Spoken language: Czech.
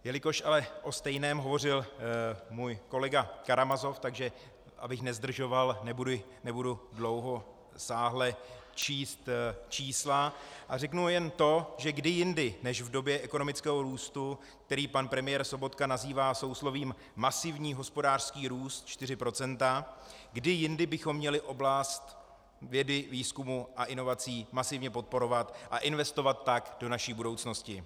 Jelikož ale o stejném hovořil můj kolega Karamazov, tak abych nezdržoval, nebudu dalekosáhle číst čísla a řeknu jen to, že kdy jindy než v době ekonomického růstu, který pan premiér Sobotka nazývá souslovím masivní hospodářský růst 4 %, kdy jindy bychom měli oblast vědy, výzkumu a inovací masivně podporovat a investovat tak do naší budoucnosti?